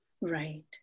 Right